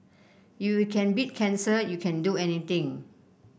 if you can beat cancer you can do anything